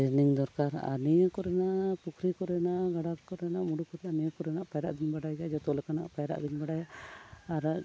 training ᱫᱚᱨᱠᱟᱨ ᱟᱨ ᱱᱤᱭᱟᱹ ᱠᱚᱨᱮᱱᱟᱜ ᱯᱩᱠᱷᱨᱤ ᱠᱚᱨᱮᱱᱟᱜ ᱜᱟᱰᱟ ᱠᱚᱨᱮᱱᱟᱜ ᱢᱩᱰᱩ ᱠᱚᱨᱮᱱᱟᱜ ᱱᱤᱭᱟᱹ ᱠᱚᱨᱮᱱᱟᱜ ᱯᱟᱭᱨᱟᱜ ᱫᱚᱧ ᱵᱟᱰᱟᱭ ᱜᱮᱭᱟ ᱡᱚᱛᱚ ᱞᱮᱠᱟᱱᱟᱜ ᱯᱟᱭᱨᱟᱜ ᱜᱤᱧ ᱵᱟᱰᱟᱭᱟ ᱟᱨ